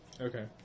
Okay